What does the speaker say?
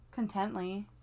contently